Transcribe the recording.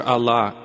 Allah